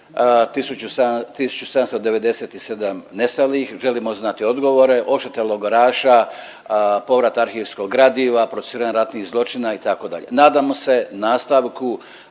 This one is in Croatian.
1797 nestalih, želimo znati odgovore, odštete logoraša, povrat arhivskog gradiva, procesuiranje ratnih zločina itd. Nadamo se nastavku